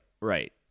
right